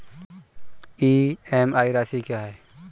EMI राशि क्या है?